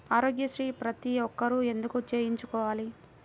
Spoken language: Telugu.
ఆరోగ్యశ్రీ ప్రతి ఒక్కరూ ఎందుకు చేయించుకోవాలి?